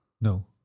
No